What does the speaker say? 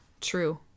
True